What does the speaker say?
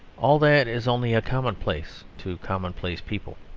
all that is only a commonplace to commonplace people.